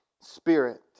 spirit